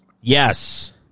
Yes